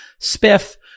spiff